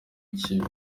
ikibi